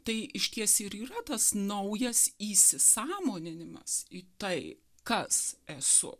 tai išties ir yra tas naujas įsisąmoninimas į tai kas esu